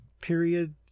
period